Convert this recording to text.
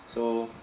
so